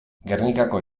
gernikako